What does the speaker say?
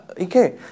okay